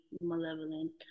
malevolent